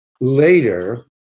later